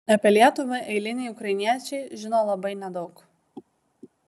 apie lietuvą eiliniai ukrainiečiai žino labai nedaug